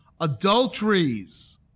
adulteries